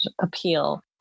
appeal